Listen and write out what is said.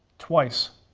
twice.